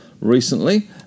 recently